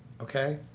Okay